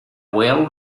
well